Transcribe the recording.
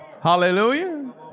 Hallelujah